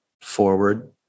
forward